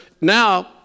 now